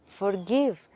forgive